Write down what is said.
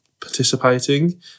participating